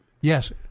Yes